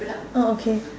oh okay